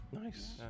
Nice